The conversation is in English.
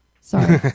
Sorry